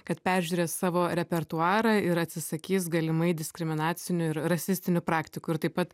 kad peržiūrės savo repertuarą ir atsisakys galimai diskriminacinių ir rasistinių praktikų ir taip pat